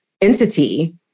entity